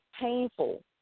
painful